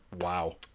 Wow